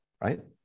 right